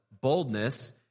boldness